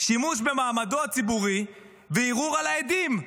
שימוש במעמדו הציבורי וערעור על העדים.